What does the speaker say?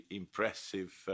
impressive